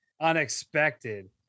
unexpected